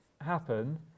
happen